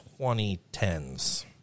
2010s